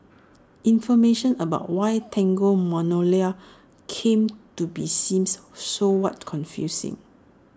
information about why Tango Magnolia came to be seems so what confusing